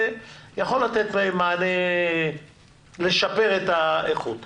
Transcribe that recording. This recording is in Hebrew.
יכול לתת להם מענה לשפר את האיכות.